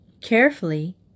Carefully